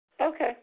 Okay